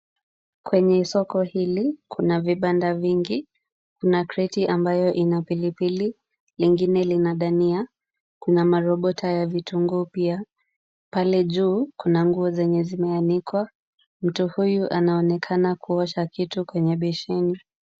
Kwenye soko hili kuna vibanda vingi, kuna kreti ambayo ina pili pili, lingine lina dania na marobota ya vitunguu pia. Pale juu kuna nguo zenye zimeanikwa. Mtu huyu anaonekana kuosha kitu kwenye besheni.